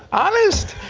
honest.